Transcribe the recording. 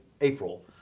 April